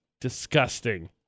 Disgusting